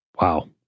Wow